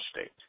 State